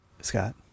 Scott